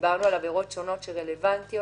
דיברנו על עבירות שונות שלגביהן